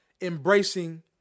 embracing